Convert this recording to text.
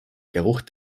geruch